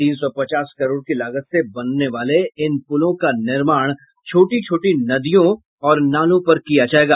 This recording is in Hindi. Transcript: तीन सौ पचास करोड़ की लागत से बनने वाले इन पुलों का निर्माण छोटी छोटी नदियों और नालों पर किया जायेगा